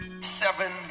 Seven